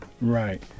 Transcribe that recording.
Right